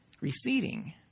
receding